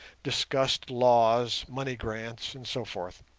discussed laws, money grants, and so forth,